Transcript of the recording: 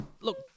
look